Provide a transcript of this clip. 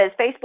Facebook